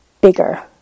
bigger